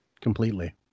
Completely